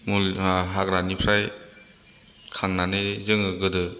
मुल हाग्रानिफ्राय खांनानै जोङो गोदो